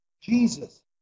Jesus